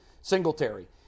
Singletary